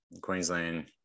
Queensland